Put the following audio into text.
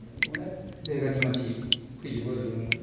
अनेख जायगानि मानसि फैजोबो आरो बेयावनो